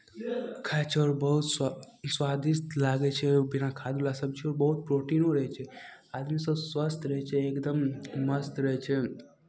खाइ छै आओर बहुत स्व स्वादिष्ट लागै छै ओ बिना खादवला सब्जियो बहुत प्रोटीनो रहै छै आदमीसभ स्वस्थ रहै छै एकदम मस्त रहै छै